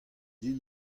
din